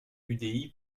udi